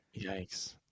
yikes